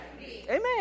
Amen